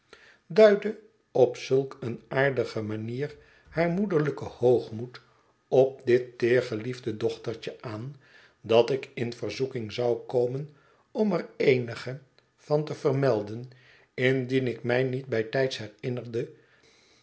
duidden op zulk eene aardige manier haar moederlijken hoogmoed op dit teer geliefde dochtertje aan dat ik in verzoeking zou komen om er eenige van te vermelden indien ik mij niet bijtijds herinnerde